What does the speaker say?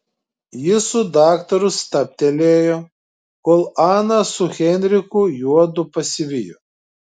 jis su daktaru stabtelėjo kol ana su heinrichu juodu pasivijo